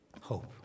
hope